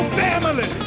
family